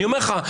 אני אומר לך,